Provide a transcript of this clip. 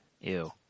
Ew